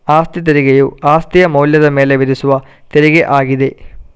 ಅಸ್ತಿ ತೆರಿಗೆಯು ಅಸ್ತಿಯ ಮೌಲ್ಯದ ಮೇಲೆ ವಿಧಿಸುವ ತೆರಿಗೆ ಆಗಿದೆ